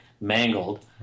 mangled